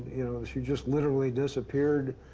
you know, she just literally disappeared.